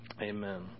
Amen